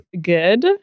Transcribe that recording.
good